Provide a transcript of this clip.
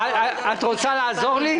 את רוצה לעזור לי?